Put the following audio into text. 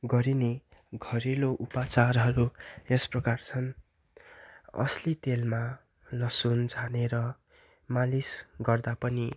गरिने घरेलु उपचारहरू यसप्रकार छन् असली तेलमा लसुन झानेर मालिस गर्दा पनि